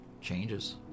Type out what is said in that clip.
changes